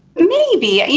maybe. you